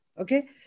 okay